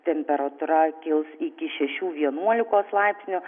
temperatūra kils iki šešių vienuolikos laipsnių